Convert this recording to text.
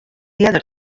earder